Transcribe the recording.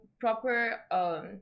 proper